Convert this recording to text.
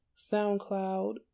SoundCloud